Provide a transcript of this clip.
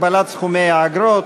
הגבלת סכומי האגרות),